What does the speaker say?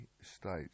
states